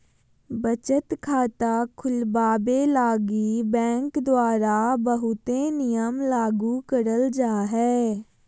बचत खाता खुलवावे लगी बैंक द्वारा बहुते नियम लागू करल जा हय